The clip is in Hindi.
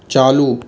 चालू